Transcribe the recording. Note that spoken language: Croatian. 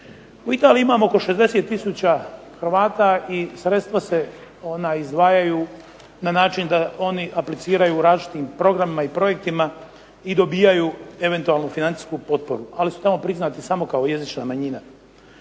U Italiji imamo oko 60 tisuća Hrvata i sredstva se izdvajaju na način da oni apliciraju u različitim programima i projektima i dobivaju eventualnu financijsku potporu. Ali, su tamo priznati samo kao jezična manjina.